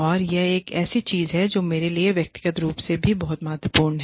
और यह एक ऐसी चीज है जो मेरे लिए व्यक्तिगत रूप से भी बहुत महत्वपूर्ण है